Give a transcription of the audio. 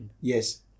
Yes